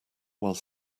while